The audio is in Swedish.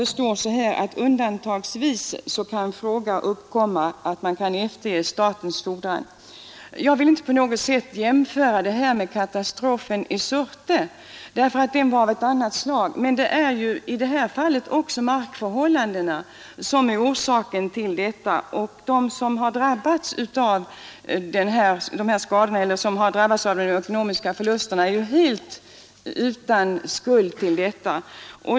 Det står i svaret att undantagsvis fråga kan uppkomma om att efterge statens fordran. Jag vill inte på något sätt jämföra detta med katastrofen i Surte därför att den var av annat slag, men det är ju i det här fallet också markförhållandena som orsaken till det inträffade. De som har drabbats av de ekonomiska förlusterna är ju helt utan skuld till detta.